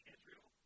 Israel